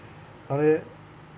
I mean